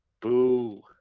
Boo